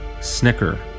Snicker